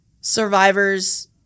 survivors